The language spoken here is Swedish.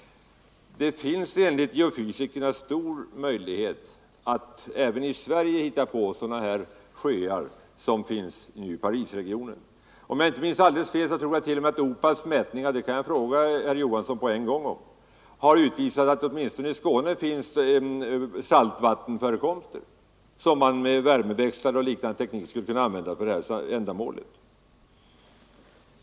Det finns enligt geofysikerna stor möjlighet att även i Sverige hitta sådana underjordiska varma sjöar som finns i Parisregionen. Om jag inte minns fel har t.o.m. OPAB:s mätningar — det kan jag fråga herr Johansson på en gång — utvisat att man åtminstone i Skåne har saltvattenförekomster, som med värmeväxlare och liknande teknik skulle kunna användas för det här ändamålet.